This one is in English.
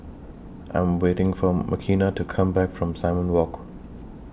I Am waiting For Makenna to Come Back from Simon Walk